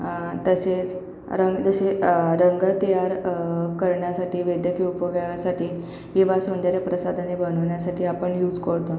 तसेच रंग जसे रंग तयार करण्यासाठी वैद्यकीय उपयोगासाठी किंवा सौंदर्य प्रसाधने बनवण्यासाठी आपण यूज करतो